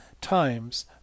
times